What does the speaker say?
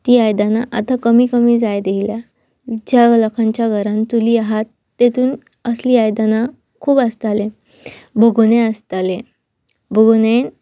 तीं आयदनां आतां कमी कमी जाय दियल्या ज्या लोकांच्या घरान चुली आहात तेतून असलीं आयदनां खूब आसतालें भोगोने आसताले भुगोने